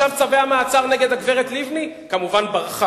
גם את זה כבר אמרת.